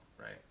right